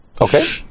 Okay